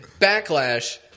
Backlash